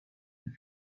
and